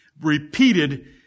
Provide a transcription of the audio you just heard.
repeated